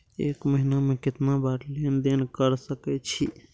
एक महीना में केतना बार लेन देन कर सके छी?